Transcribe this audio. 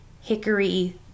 hickory